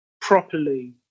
properly